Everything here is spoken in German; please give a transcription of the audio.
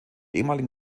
ehemaligen